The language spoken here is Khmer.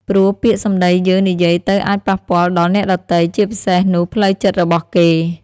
ព្រោះពាក្យសម្ដីយើងនិយាយទៅអាចប៉ះពាល់ដល់អ្នកដទៃ ជាពិសេសនោះផ្លូវចិត្តរបស់គេ។